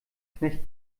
knecht